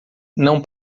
não